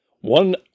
one